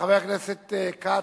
חבר הכנסת כץ,